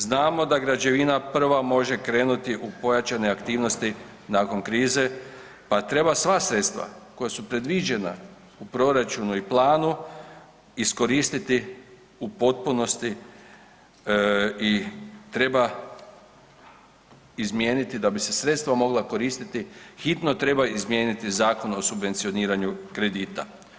Znamo da građevina prva može krenuti u pojačane aktivnosti nakon krize pa treba sva sredstva koja su predviđena u proračunu i planu iskoristiti u potpunosti i treba izmijeniti da bi se sredstva mogla koristiti hitno treba izmijeniti Zakon o subvencioniranju kredita.